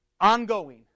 Ongoing